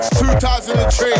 2003